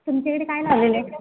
तुमच्याकडे काय लावलेलं आहे